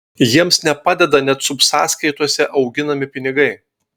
jiems nepadeda net subsąskaitose auginami pinigai